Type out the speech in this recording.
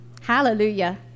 Hallelujah